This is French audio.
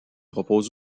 propose